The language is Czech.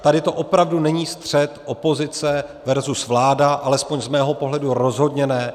Tady to opravdu není střet opozice versus vláda, a alespoň z mého pohledu rozhodně ne.